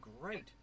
great